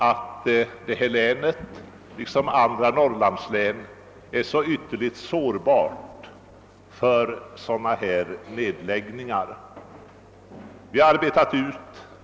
Jämtlands län är liksom andra Norrlandslän ytterligt sårbart för företagsnedläggningar.